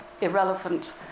irrelevant